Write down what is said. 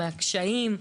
מהקשיים,